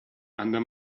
under